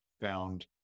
found